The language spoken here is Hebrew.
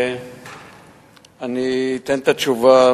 אני אתן את התשובה,